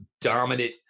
dominant